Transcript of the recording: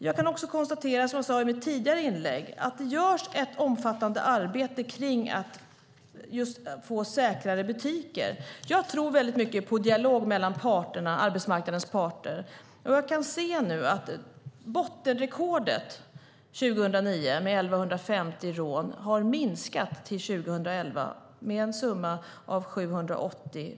Som jag sade i mitt tidigare inlägg görs det ett omfattande arbete för att få säkrare butiker. Jag tror väldigt mycket på dialog mellan arbetsmarknadens parter. År 2009 hade vi ett bottenrekord med 1 150 rån. År 2011 hade antalet butiksrån minskat till 780.